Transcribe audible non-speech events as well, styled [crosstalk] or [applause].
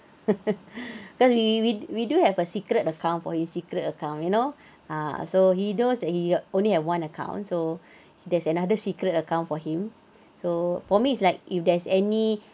[laughs] cause we we we do have a secret account for he secret account you know ah so he knows that he only have one account so there's another secret account for him so for me is like if there's any